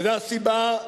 וזו הסיבה,